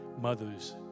mothers